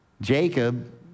Jacob